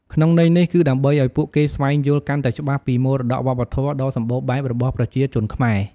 ក្នុងន័យនេះគឺដើម្បីអោយពួកគេស្វែងយល់កាន់តែច្បាស់ពីមរតកវប្បធម៌ដ៏សម្បូរបែបរបស់ប្រជាជនខ្មែរ។